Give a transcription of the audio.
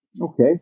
okay